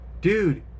dude